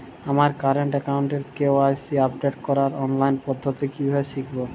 আমার কারেন্ট অ্যাকাউন্টের KYC update করার অনলাইন পদ্ধতি কীভাবে শিখব?